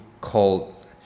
called